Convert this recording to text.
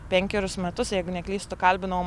penkerius metus jeigu neklystu kalbinau